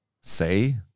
say